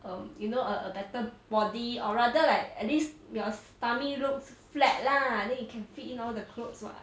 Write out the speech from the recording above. um you know a a better body or rather like at least your tummy looks flat lah then you can fit in all the clothes [what]